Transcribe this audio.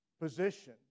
position